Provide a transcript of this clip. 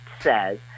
says